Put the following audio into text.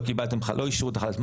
לא קיבלו את החל"ת,